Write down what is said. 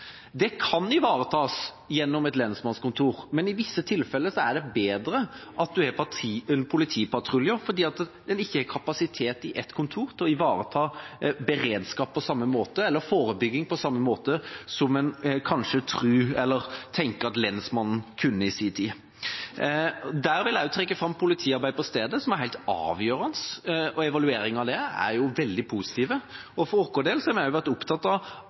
Det kan ivaretas gjennom et lensmannskontor, men i visse tilfeller er det bedre at en har politipatruljer, fordi en ikke har kapasitet på ett kontor til å ivareta en beredskap eller forebygging på samme måte som en kanskje tror at lensmannen kunne i sin tid. Der vil jeg også trekke fram at politiarbeid på stedet er helt avgjørende, og evalueringene av det er jo veldig positive. For vår del har vi også vært opptatt av